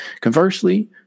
Conversely